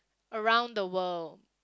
around the world